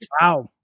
Wow